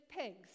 pigs